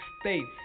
States